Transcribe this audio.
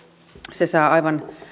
se saa aivan